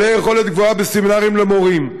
בעלי יכולת גבוהה בסמינרים למורים,